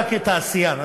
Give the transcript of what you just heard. אתה כתעשיין,